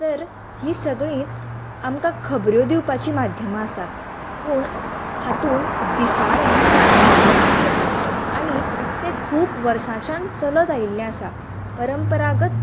तर ही सगळींच आमकां खबऱ्यो दिवपाची माध्यमां आसात पूण हातूंत दिसाळे हे सदांच येता आनी तें खूब वर्साच्यान चलत आयिल्ले आसा परंपरागत